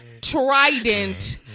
trident